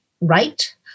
right